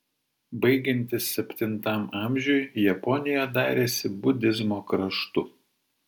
baigiantis septintam amžiui japonija darėsi budizmo kraštu